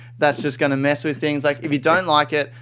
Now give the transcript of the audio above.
that's just going to mess with things. like if you don't like it,